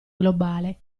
globale